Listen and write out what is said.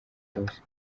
bwose